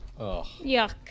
Yuck